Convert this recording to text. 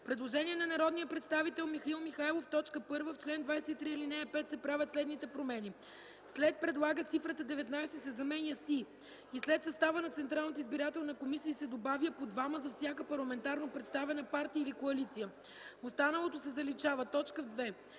Предложение на народния представител Михаил Михайлов в т. 1 в чл. 23, ал. 5 се правят следните промени: 1. След „предлагат” цифрата 19 се заменя с „и” и след „състава на Централната избирателна комисия” се добавя „по двама за всяка парламентарно представена партия или коалиция”. Останалото се заличава. 2.